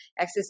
access